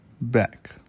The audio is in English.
back